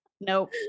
nope